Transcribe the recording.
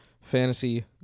fantasy